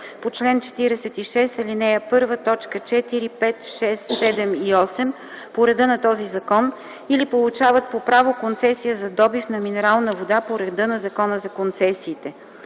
4, 5, 6, 7 и 8 по реда на този закон или получават по право концесия за добив на минерална вода по реда на Закона за концесиите;